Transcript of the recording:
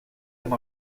amb